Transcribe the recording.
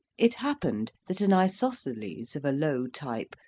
it happened that an isosceles of a low type,